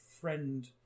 friend